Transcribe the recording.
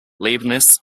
leibniz